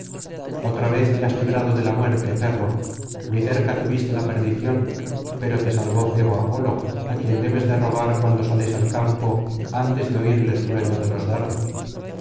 otra vez te has librado de la muerte perro muy cerca tuviste la perdición pero te salvó febo apolo á quien debes de rogar cuando sales al campo antes de oir el estruendo de los dardos